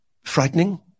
frightening